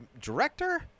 director